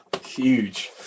huge